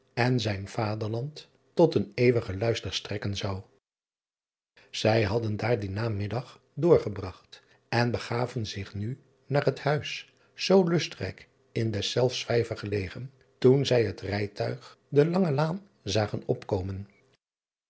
en zijn aderland tot een eeuwigen luister strekken zou ij hadden daar dien namiddag doorgebragt en begaven zich nu naar het uis zoo lustrijk in deszelfs vijver gelegen toen zij het rijtuig de lange laan zagen opkomen